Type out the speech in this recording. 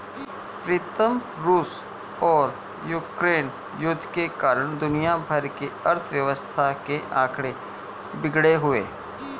प्रीतम रूस और यूक्रेन युद्ध के कारण दुनिया भर की अर्थव्यवस्था के आंकड़े बिगड़े हुए